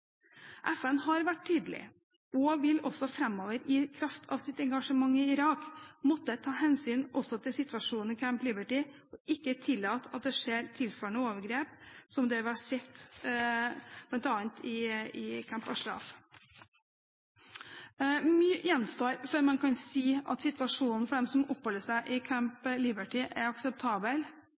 FN har vært tydelig og vil også framover i kraft av sitt engasjement i Irak måtte ta hensyn også til situasjonen i Camp Liberty og ikke tillate at det skjer tilsvarende overgrep som det vi har sett bl.a. i Camp Ashraf. Mye gjenstår før man kan si at situasjonen for dem som oppholder seg i Camp Liberty er akseptabel.